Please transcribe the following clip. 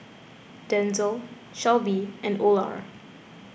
Denzel Shelbie and Olar